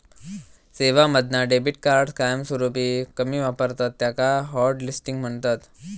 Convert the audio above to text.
सेवांमधना debit card कायमस्वरूपी कमी वापरतत त्याका हॉटलिस्टिंग म्हणतत